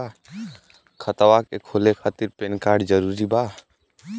खतवा के खोले खातिर पेन कार्ड जरूरी बा?